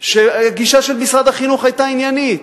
שהגישה של משרד החינוך היתה עניינית,